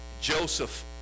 Joseph